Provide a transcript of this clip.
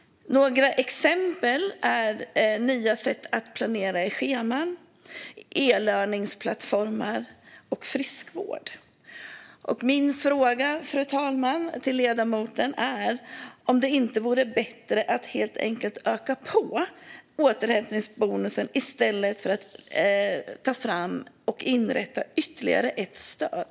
Några exempel är nya sätt att planera scheman, e-learningplattformar och friskvård. Min fråga till ledamoten, fru talman, är: Vore det inte bättre att helt enkelt öka på återhämtningsbonusen i stället för att ta fram och inrätta ytterligare ett stöd?